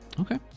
Okay